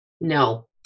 No